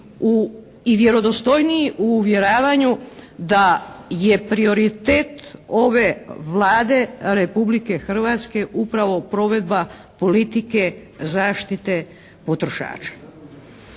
i vjerodostojniji u uvjeravanju da je prioritet ove Vlade Republike Hrvatske upravo provedba politike zaštite potrošača.